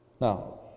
Now